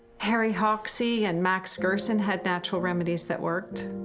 harry hoxsey and max gerson had natural remedies, that worked.